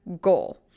goal